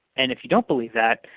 and if you don't believe that,